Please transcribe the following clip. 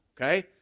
okay